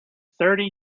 thirty